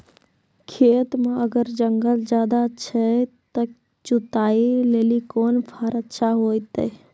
खेत मे अगर जंगल ज्यादा छै ते जुताई लेली कोंन फार अच्छा होइतै?